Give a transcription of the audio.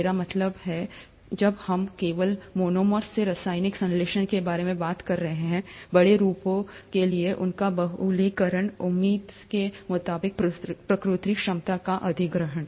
मेरा मतलब यह सब है जबकि हम केवल मोनोमर्स के रासायनिक संश्लेषण के बारे में बात कर रहे हैं बड़े रूपों के लिए उनका बहुलकीकरण उम्मीद के मुताबिक प्रतिकृति क्षमता का अधिग्रहण